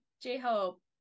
j-hope